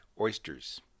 oysters